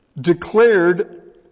declared